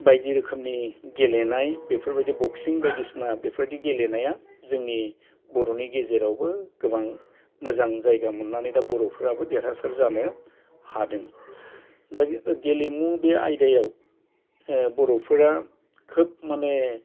बायदि रोखोमनि गेलेनाय बेफोरबायदि बक्सिं बायदिसिना बेफोरबायदि गेलेनाया जोंनि बर'नि गेजेरावबो गोबां मोजां जायगा मोननानै दा बर'फोराबो देरहासार जानो हादों दा बे गेलेमु आयदायाव बर'फोरा खोब माने